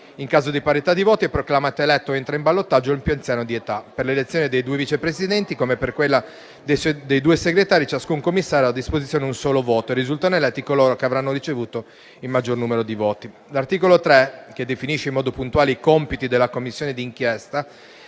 in caso di parità di voti è proclamato eletto o entra in ballottaggio il più anziano di età. Per l'elezione dei due Vice Presidenti, come per quella dei due segretari, ciascun Commissario ha a disposizione un solo voto e risultano eletti coloro che avranno ricevuto il maggior numero di voti. L'articolo 3, che definisce in modo puntuale i compiti della Commissione di inchiesta,